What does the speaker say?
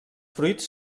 fruits